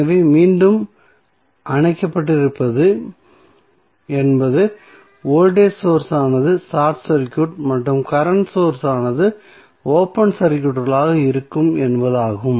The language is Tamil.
எனவே மீண்டும் அணைக்கப்பட்டிருப்பது என்பது வோல்டேஜ் சோர்ஸ் ஆனது ஷார்ட் சர்க்யூட் மற்றும் கரண்ட் சோர்ஸ் ஓபன் சர்க்யூட்களாக இருக்கும் என்பதாகும்